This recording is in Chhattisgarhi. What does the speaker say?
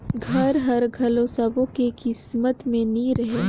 घर हर घलो सब्बो के किस्मत में नइ रहें